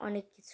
অনেক কিছু